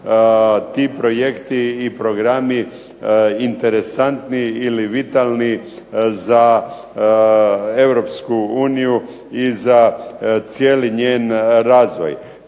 ti projekti i programi interesantni ili vitalni za Europsku uniju i za cijeli njen razvoj.